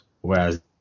whereas